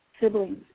siblings